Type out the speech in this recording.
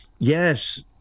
yes